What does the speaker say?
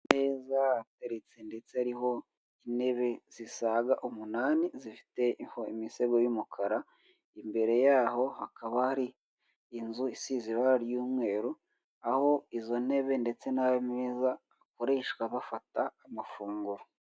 Ameza ateretse ndetse ariho intebe zisaga umunani, zifite imisego y'umukara, imbere yaho hakaba hari inzu isize ibara ry'umweru, aho izo ntebe ndetse n'ayo meza akoreshwa bafata amafunguro.